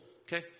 Okay